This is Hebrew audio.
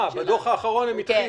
בדוח האחרון הם התחילו?